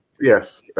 Yes